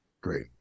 Great